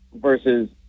versus